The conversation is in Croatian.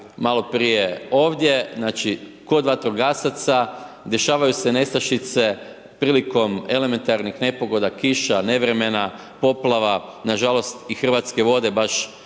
maloprije ovdje, znači, kod vatrogasaca, dešavaju se nestašice prilikom elementarnih nepogoda, kiša, nevremena, poplava, nažalost i Hrvatske vode ne